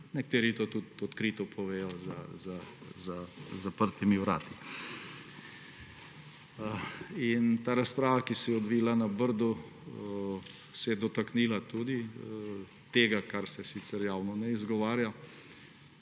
Nekateri to tudi odkrito povedo za zaprtimi vrati. Ta razprava, ki se je odvila na Brdu, se je dotaknila tudi tega, kar se sicer javno ne izgovarja.